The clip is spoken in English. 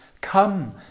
Come